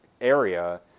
area